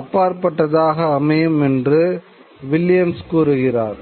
அப்பாற்பட்டதாக அமையும் என்று வில்லியம்ஸ் கூறுகிறார்